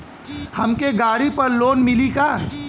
हमके गाड़ी पर लोन मिली का?